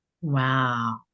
Wow